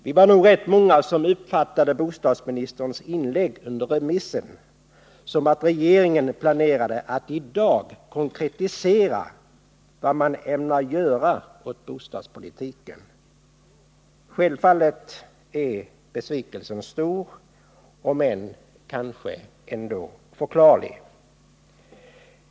Vi var nog rätt många som uppfattade bostadsministerns inlägg under den allmänpolitiska debatten så, att regeringen planerade att i dag konkretisera vad man ämnar göra på bostadspolitikens område. Självfallet är besvikelsen stor, om än förklarlig.